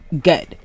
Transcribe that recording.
good